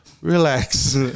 Relax